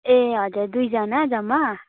ए हजुर दुईजना जम्मा